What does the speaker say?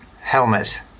Helmet